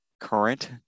current